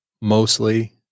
mostly